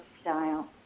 style